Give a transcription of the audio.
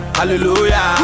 hallelujah